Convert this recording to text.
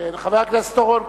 חבר הכנסת אורון,